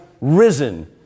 risen